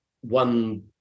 one